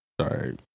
Sorry